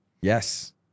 Yes